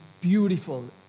beautiful